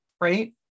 right